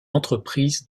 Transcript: entreprise